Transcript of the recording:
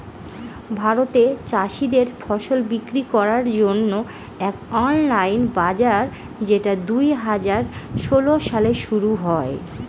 ভারতে চাষীদের ফসল বিক্রি করার জন্য এক অনলাইন বাজার যেটা দুই হাজার ষোলো সালে শুরু হয়